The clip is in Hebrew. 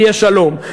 יהיה שלום,